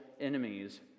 enemies